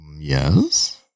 Yes